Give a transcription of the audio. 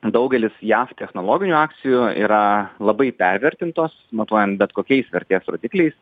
daugelis jav technologinių akcijų yra labai pervertintos matuojant bet kokiais vertės rodikliais